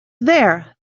there